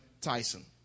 Tyson